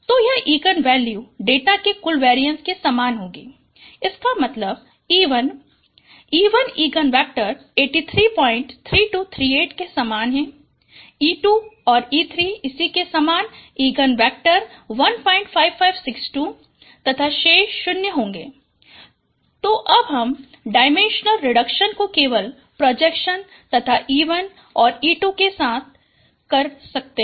तो यह eigen value data के कुल वेरीएंस के सामान होगी इसका मतलब e1 e1 इगन वेक्टर 833238 के सामान है e2 और e3 इसी के सामान इगन वेक्टर 15562 तथा शेष 0 होगें तो अब हम डायमेंशन रिडक्शन को केवल प्रोजेक्शन्स तथा e1 और e2 के साथ कर सकते है